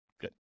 Good